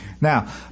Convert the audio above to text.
Now